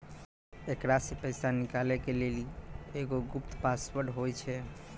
एकरा से पैसा निकालै के लेली एगो गुप्त पासवर्ड होय छै